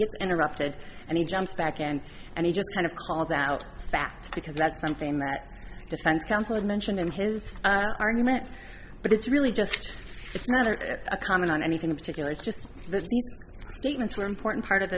gets interrupted and he jumps back in and he just kind of calls out facts because that's something the defense counsel had mentioned in his argument but it's really just it's not a comment on anything in particular just the statements were important part of